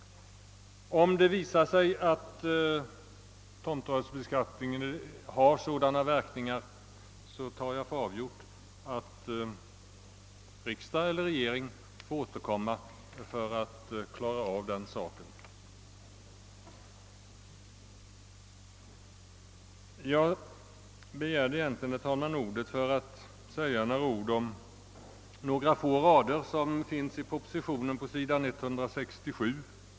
Om det visar sig att tomtrörelsebeskattningen har sådana verkningar, tar jag för avgjort, att regeringen får återkomma för att klara av den saken. Jag begärde egentligen, herr talman, ordet för att säga några ord om några få rader i propositionen på s. 167.